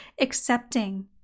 accepting